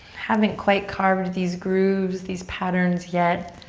haven't quite carved these grooves, these patterns yet